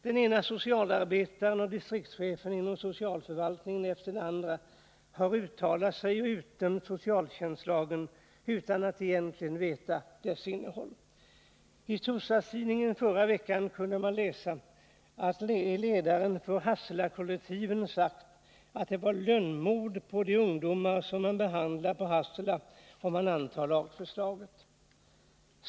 Den ena socialarbetaren och distriktschefen inom socialförvaltningen efter den andra har uttalat sig och utdömt socialtjänstlagen utan att egentligen känna till dess innehåll. I torsdags förra veckan kunde vi i tidningarna läsa att ledaren för Hasselakollektivet sagt att det skulle innebära lönnmord på de ungdomar som man behandlar på Hassela om man antar det nya lagförslaget.